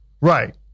Right